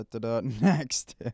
next